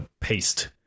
paste